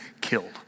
killed